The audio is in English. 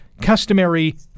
customary